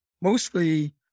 mostly